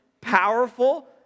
powerful